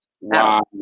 Wow